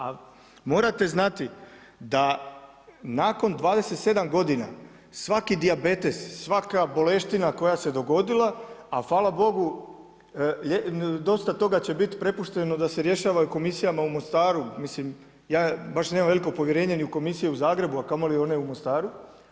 A morate znati, da nakon 27 g. svaki dijabetes, svaka boleština koja se dogodila, a hvala Bogu, dosta toga će biti prepušteno da se rješavaju komisijama u Mostaru, mislim, ja baš nemam veliko povjerenje ni u komisiju u Zagrebu, a kamoli one u Mostaru.